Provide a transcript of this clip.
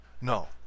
No